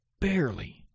barely